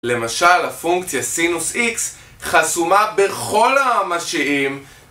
למשל הפונקציה סינוס איקס חסומה בכל הממשיים.